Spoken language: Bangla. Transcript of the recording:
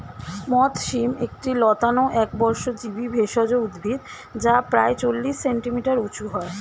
মথ শিম একটি লতানো একবর্ষজীবি ভেষজ উদ্ভিদ যা প্রায় চল্লিশ সেন্টিমিটার উঁচু হয়